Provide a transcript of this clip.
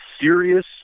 serious